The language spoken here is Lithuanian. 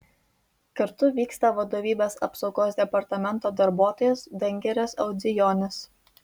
kartu vyksta vadovybės apsaugos departamento darbuotojas dangiras audzijonis